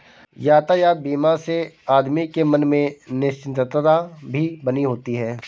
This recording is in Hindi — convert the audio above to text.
यातायात बीमा से आदमी के मन में निश्चिंतता भी बनी होती है